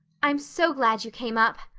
i'm so glad you came up,